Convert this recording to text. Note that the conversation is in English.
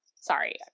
sorry